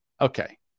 Okay